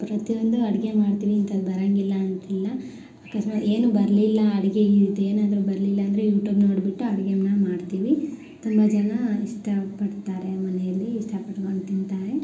ಪ್ರತಿಯೊಂದು ಅಡುಗೆ ಮಾಡ್ತೀವಿ ಇಂಥದ್ ಬರೋಂಗಿಲ್ಲ ಅಂತಿಲ್ಲ ಅಕಸ್ಮಾತ್ ಏನು ಬರಲಿಲ್ಲ ಅಡುಗೆ ಇದ್ ಏನಾದರೂ ಬರಲಿಲ್ಲ ಅಂದರೆ ಯುಟೂಬ್ ನೋಡಿಬಿಟ್ಟು ಅಡ್ಗೇನ ಮಾಡ್ತೀವಿ ತುಂಬ ಜನ ಇಷ್ಟಪಡ್ತಾರೆ ಮನೆಯಲ್ಲಿ ಇಷ್ಟಪಟ್ಕೊಂಡು ತಿಂತಾರೆ